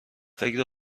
فکر